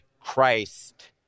Christ